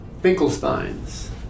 Finkelsteins